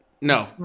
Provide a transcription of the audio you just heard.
No